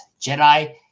Jedi